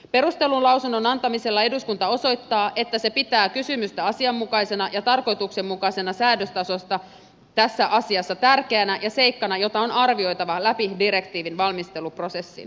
perustellun lausunnon antamisella eduskunta osoittaa että se pitää kysymystä asianmukaisesta ja tarkoituksenmukaisesta säädöstasosta tässä asiassa tärkeänä ja seikkana jota on arvioitava läpi direktiivin valmisteluprosessin